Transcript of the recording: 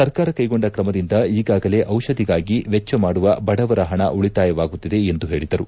ಸರ್ಕಾರ ಕೈಗೊಂಡ ಕ್ರಮದಿಂದ ಈಗಾಗಲೇ ಔಷಧಿಗಾಗಿ ವೆಚ್ಚ ಮಾಡುವ ಬಡವರ ಹಣ ಉಳಿತಾಯವಾಗುತ್ತಿದೆ ಎಂದು ಹೇಳಿದರು